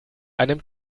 einem